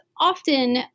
often